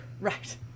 Right